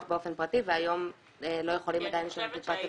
באופן פרטי והיום לא יכולים עדיין לשנות את פרט המין.